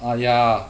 oh ya